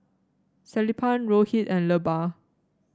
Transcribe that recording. Sellapan Rohit and Bellur